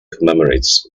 commemorates